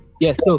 yes